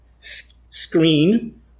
screen